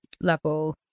level